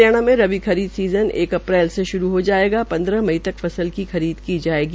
हरियाणा में रबी सीजन एक अप्रैल से शुरू हो जायेगी और पन्द्रह मई तक फसल की खरीद की जायेगी